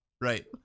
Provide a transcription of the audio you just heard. Right